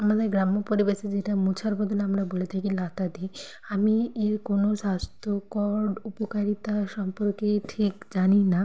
আমাদের গ্রাম্য পরিবেশে যেটা মোছার বদলে আমরা বলে থাকি ন্যাতা দিই আমি এর কোনো স্বাস্থ্যকর উপকারিতা সম্পর্কে ঠিক জানি না